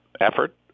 effort